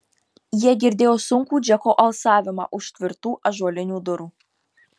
jie girdėjo sunkų džeko alsavimą už tvirtų ąžuolinių durų